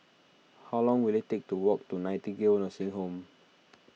how long will it take to walk to Nightingale Nursing Home